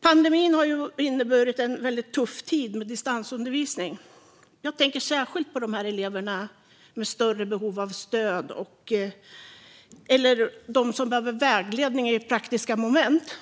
Pandemin har inneburit en tuff tid med distansundervisning. Jag tänker särskilt på elever med större behov av stöd eller som behöver vägledning i praktiska moment.